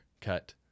Cut